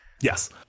Yes